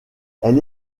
elle